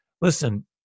listen